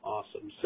Awesome